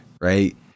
right